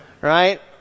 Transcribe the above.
right